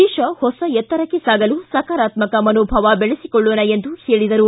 ದೇಶ ಹೊಸ ಎತ್ತರಕ್ಕೆ ಸಾಗಲು ಸಕಾರಾತ್ಸಕ ಮನೋಭಾವ ಬೆಳೆಸಿಕೊಳ್ಳೋಣ ಎಂದು ಹೇಳಿದರು